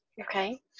Okay